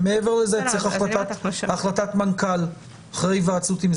ומעבר לזה צריך החלטת מנכ"ל אחרי היוועצות.